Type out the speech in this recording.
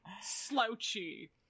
slouchy